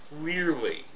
clearly